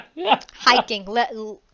hiking